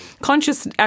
conscious